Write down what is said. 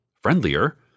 friendlier